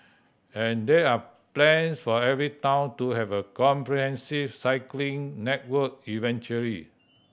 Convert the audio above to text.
and there are plan for every town to have a comprehensive cycling network eventually